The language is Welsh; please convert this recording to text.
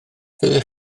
fyddech